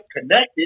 connected